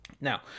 Now